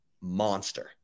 monster